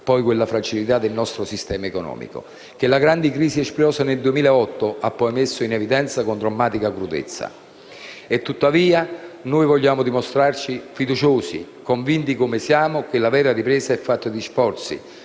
determinato fragilità del nostro sistema economico che la grande crisi, esplosa nel 2008, ha messo in evidenza con drammatica crudezza. Tuttavia, noi vogliamo mostrarci fiduciosi, convinti come siamo che la vera ripresa è fatta di sforzi,